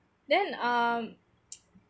then um